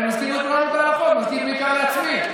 אני מסביר לכולם את ההלכות, מסביר בעיקר לעצמי.